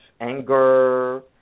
anger